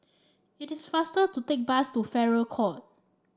it is faster to take bus to Farrer Court